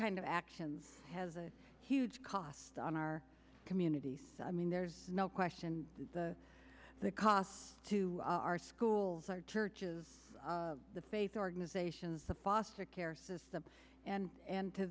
kind of actions has a huge cost on our community so i mean there's no question the the cost to our schools our churches the faith organizations the foster care system and